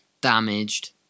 Damaged